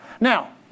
Now